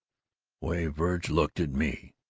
way verg looked at me